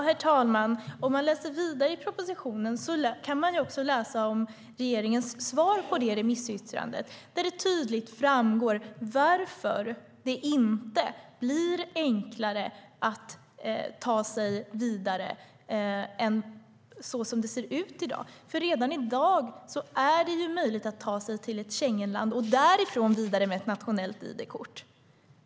Herr talman! Om man läser vidare i propositionen kan man också läsa om regeringens svar på det remissyttrandet, där det tydligt framgår varför det inte blir enklare att ta sig vidare än så som det ser ut i dag. Redan i dag är det möjligt att ta sig till ett Schengenland och därifrån vidare med ett nationellt id-kort.